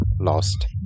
lost